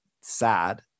sad